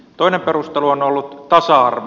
toinen perustelu on ollut tasa arvo